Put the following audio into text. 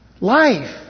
Life